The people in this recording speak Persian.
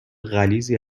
غلیظی